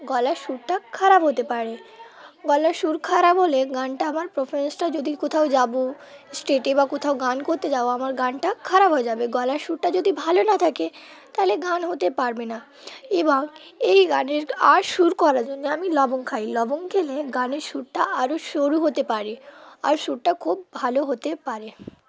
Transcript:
গলার সুরটা খারাপ হতে পারে গলার সুর খারাপ হলে গানটা আমার প্রফমেন্সটা যদি কোথাও যাবো স্টেটে বা কোথাও গান করতে যাব আমার গানটা খারাপ হয়ে যাবে গলার সুরটা যদি ভালো না থাকে তাহলে গান হতে পারবে না এবং এই গানের আর সুর করার জন্যে আমি লবঙ্গ খাই লবঙ্গ খেলে গানের সুরটা আরও সরু হতে পারে আর সুরটা খুব ভালো হতে পারে